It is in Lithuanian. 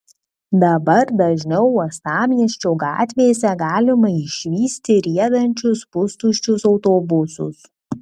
dabar dažniau uostamiesčio gatvėse galima išvysti riedančius pustuščius autobusus